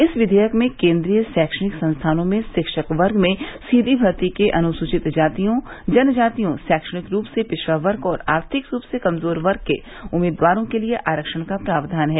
इस विघेयक में केंद्रीय रैक्षणिक संस्थानों में शिक्षक वर्ग में सीधी मर्ती में अनुसुचित जातियों जनजातियों शैक्षणिक रूप से पिछड़ा वर्ग और आर्थिक रूप से कमजोर वर्ग के उम्मीदवारों के लिए आरक्षण का प्रावधान है